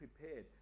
prepared